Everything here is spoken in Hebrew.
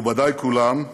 מכובדיי כולם,